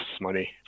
money